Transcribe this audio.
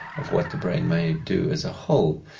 of what the brain may do as a whole.